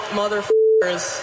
motherfuckers